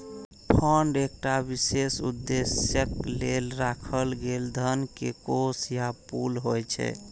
fund एकटा विशेष उद्देश्यक लेल राखल गेल धन के कोष या पुल होइ छै